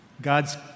God's